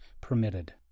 permitted